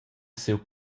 siu